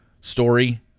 story